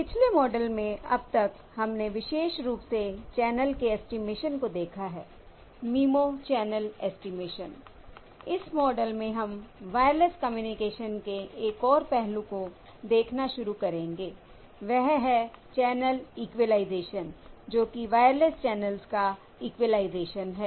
पिछले मॉडल में अब तक हमने विशेष रूप से चैनल के ऐस्टीमेशन को देखा है मिमो चैनल ऐस्टीमेशन I इस मॉडल में हम वायरलेस कम्युनिकेशन के एक और पहलू को देखना शुरू करेंगे वह है चैनल इक्विलाइज़ेशन जो कि वायरलेस चैनल्स का इक्विलाइज़ेशन है